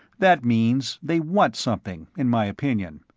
that means they want something, in my opinion.